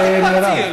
אל תתפרצי.